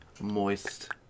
moist